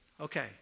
Okay